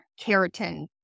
keratin